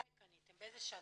באיזו שנה?